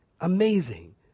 Amazing